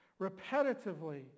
repetitively